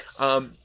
yes